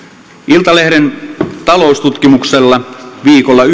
iltalehden taloustutkimuksella kaksituhattaviisitoista viikolla